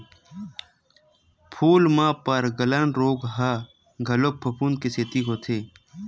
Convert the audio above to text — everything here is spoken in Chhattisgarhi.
फूल म पर्नगलन रोग ह घलो फफूंद के सेती होथे